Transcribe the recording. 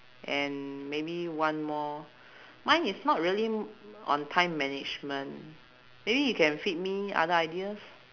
and maybe one more mine is not really m~ on time management maybe you can feed me other ideas